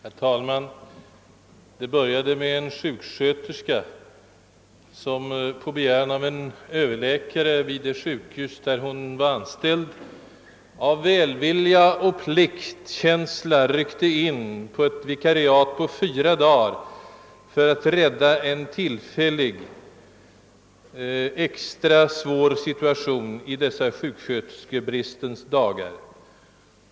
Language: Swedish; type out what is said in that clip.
Herr talman! Det började med att en sjuksköterska på begäran av en Överläkare vid det sjukhus där hon var anställd av välvilja och pliktkänsla ryckte in på ett vikariat på fyra dagar för att rädda en tillfällig och extra svår situation i dessa sjuksköterskebristens dagar.